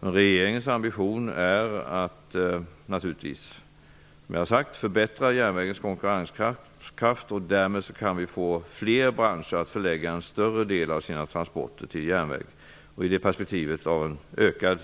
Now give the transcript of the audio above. Regeringens ambition är naturligtvis att förbättra järnvägens konkurrenskraft. Därmed kan vi få fler branscher att förlägga en större del av sina transporter till järnväg. I perspektivet av en ökad